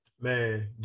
Man